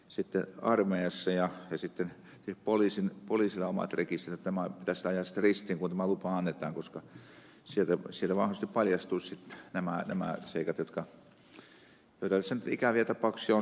sitten armeijassa ja poliisilla on omat rekisterit ja nämä pitäisi ajaa sitten ristiin kun tämä lupa annetaan koska sieltä varmasti paljastuisivat sitten nämä seikat kun tässä nyt on näitä ikäviä tapauksia sattunut